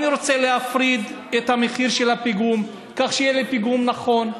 אני רוצה להפריד את המחיר של הפיגום כך שיהיה לי פיגום נכון,